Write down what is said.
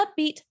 upbeat